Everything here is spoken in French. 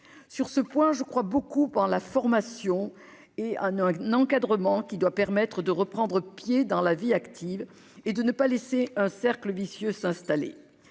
sur ce point, je crois beaucoup en la formation et un un encadrement qui doit permettre de reprendre pied dans la vie active et de ne pas laisser un cercle vicieux s'installer